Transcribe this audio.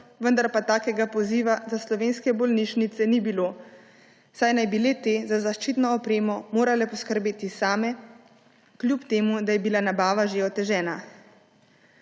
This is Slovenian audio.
vendar pa takega poziva za slovenske bolnišnice ni bilo, saj naj bi le-te za zaščitno opremo morale poskrbeti same, kljub temu da je bila nabava že otežena.